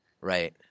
Right